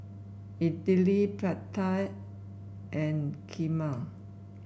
Idili Pad Thai and Kheema